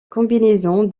combinaison